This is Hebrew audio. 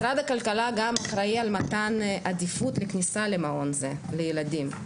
משרד הכלכלה גם אחראי על מתן עדיפות לכניסה למעון זה לילדים.